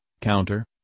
counter